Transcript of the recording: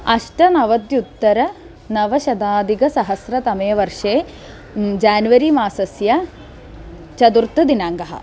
अष्टनवत्युत्तरनवशताधिकसहस्रतमे वर्षे जान्वरी मासस्य चतुर्थदिनाङ्कः